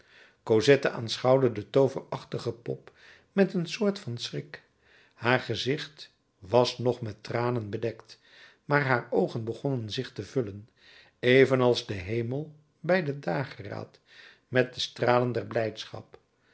cosette aanschouwde de tooverachtige pop met een soort van schrik haar gezicht was nog met tranen bedekt maar haar oogen begonnen zich te vullen evenals de hemel bij den dageraad met de stralen der blijdschap